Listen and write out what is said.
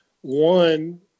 One